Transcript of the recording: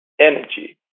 energy